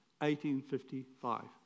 1855